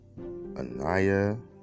Anaya